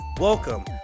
welcome